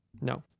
no